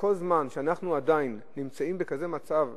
כל זמן שאנחנו עדיין נמצאים במצב כזה,